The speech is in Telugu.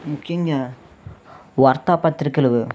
ముఖ్యంగా వార్తాపత్రికలు